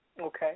Okay